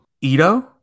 Ito